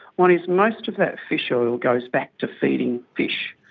one is, most of that fish oil goes back to feeding fish.